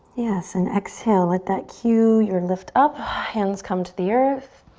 yes, and exhale. let that cue your lift up, hands come to the earth.